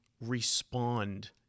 respond